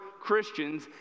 Christians